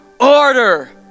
order